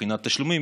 מבחינת תשלומים,